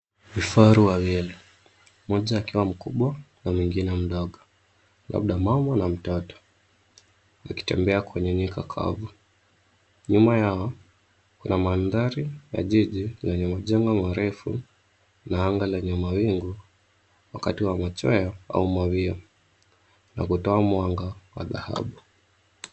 Vifaru wawili, mmoja akiwa mkubwa na mwingine mdogo, labda mama na mtoto, wakitembea kwenye nyika kavu. Nyuma yao kuna mandhari ya jiji, lenye majengo marefu na anga lenye mawingu, wakati wa machweo au mawio na kutoa mwanga wa dhahabu.